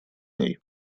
ней